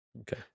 Okay